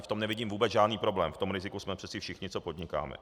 V tom nevidím vůbec žádný problém, v tom riziku jsme přece všichni, co podnikáme.